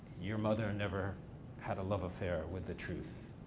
your mother never had a love affair with the truth.